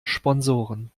sponsoren